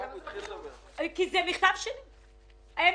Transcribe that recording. הם מתקשרים,